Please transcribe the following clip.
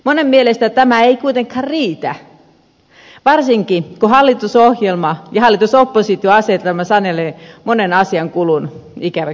monen mielestä tämä ei kuitenkaan riitä varsinkin kun hallitusohjelma ja hallitusoppositio asetelma sanelee monen asian kulun ikävä kyllä